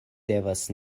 devas